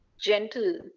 gentle